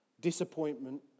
disappointment